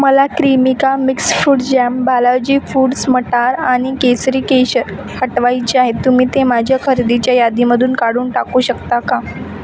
मला Cremica mix fruit jam Balaji foods मटार आणि केसरी केशर हटवायचे आहेत तुम्ही ते माझ्या खरेदीच्या यादीमधून काढून टाकू शकता का